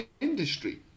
industry